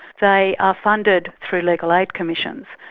they are funded through legal aid commissions,